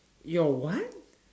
your what